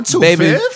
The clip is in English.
baby